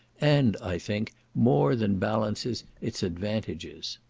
and, i think, more than balances its advantages.